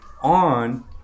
on